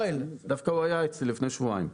דווקא הוא היה אצלי לפני שבועיים.